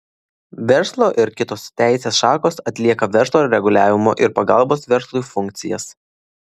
verslo ir kitos teisės šakos atlieka verslo reguliavimo ir pagalbos verslui funkcijas